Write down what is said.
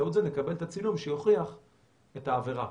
ובאמצעות זה נקבל את הצילום שיוכיח את העבירה.